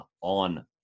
on